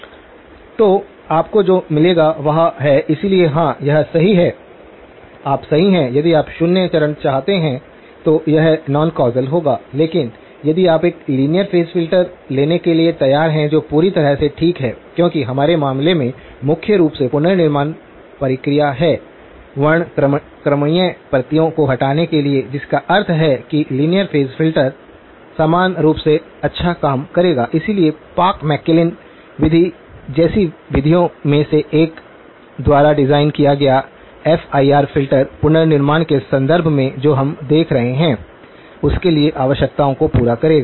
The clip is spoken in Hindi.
तो आपको जो मिलेगा वह है इसलिए हां आप सही हैं यदि आप शून्य चरण चाहते हैं तो यह नॉन कौसल होगा लेकिन यदि आप एक लीनियर फेज फ़िल्टर लेने के लिए तैयार हैं जो पूरी तरह से ठीक है क्योंकि हमारे मामले में मुख्य रूप से पुनर्निर्माण प्रक्रिया है वर्णक्रमीय प्रतियों को हटाने के लिए जिसका अर्थ है कि लीनियर फेज फ़िल्टर समान रूप से अच्छा काम करेगा इसलिए पार्क्स मैकलेलन विधि जैसी विधियों में से एक द्वारा डिज़ाइन किया गया एफआईआर फ़िल्टर पुनर्निर्माण के संदर्भ में जो हम देख रहे हैं उसके लिए आवश्यकताओं को पूरा करेगा